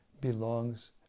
belongs